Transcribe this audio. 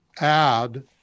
add